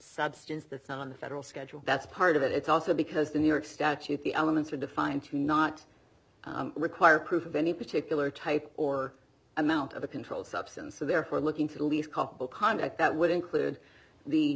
substance that's not on the federal schedule that's part of it it's also because the new york statute the elements are defined to not require proof of any particular type or amount of a controlled substance so therefore looking to at least culpable conduct that would include the